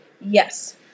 Yes